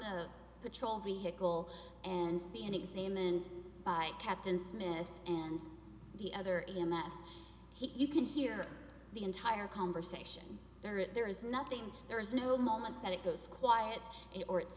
the patrol vehicle and been examined by captain smith and the other in that he can hear the entire conversation there it there is nothing there is no moment that it goes quiet in or it's